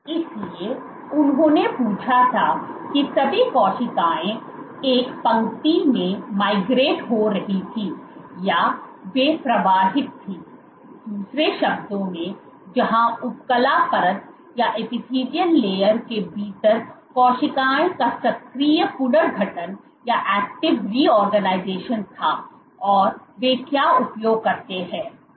इसलिए उन्होंने पूछा कि सभी कोशिकाएं एक पंक्ति में माइग्रेट हो रही थीं या वे प्रवाहित थीं दूसरे शब्दों में जहां उपकला परत के भीतर कोशिकाओं का सक्रिय पुनर्गठन था और वे क्या उपयोग करते हैं